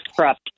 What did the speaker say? corrupt